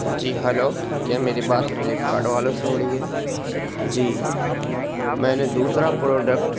جی hello کیا میری بات فلیپ کارڈ والوں سے ہو رہی ہے جی میں نے دوسرا پروڈکٹ